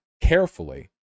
carefully